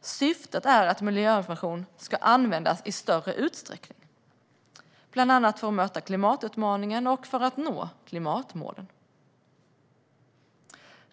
Syftet är att miljöinformation ska användas i större utsträckning, bland annat för att möta klimatutmaningen och för att nå klimatmålen.